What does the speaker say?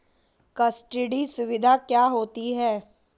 Custody सुविधा क्या होती है?